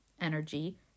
energy